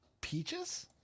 Peaches